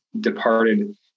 departed